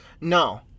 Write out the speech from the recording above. No